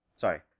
Sorry